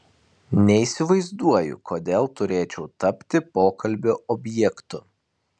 neįsivaizduoju kodėl turėčiau tapti pokalbio objektu